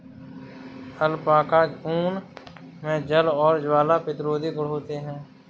alpaca ऊन मे जल और ज्वाला प्रतिरोधी गुण होते है